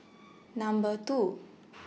Number two